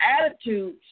attitudes